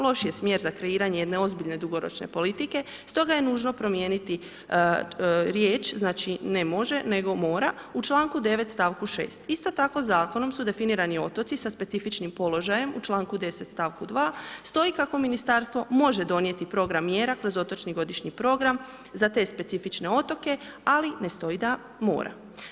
Loši je smjer za kreiranje jedne ozbiljne dugoročne politike, stoga je nužno promijeniti riječ znači ne može, nego mora u čl. 9., st. 6. Isto tako Zakonom su definirani otoci sa specifičnim položajem u čl. 10., st. 2. stoji kako Ministarstvo može donijeti program mjera kroz otočni godišnji program za te specifične otoke, ali ne stoji da mora.